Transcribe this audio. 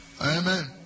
Amen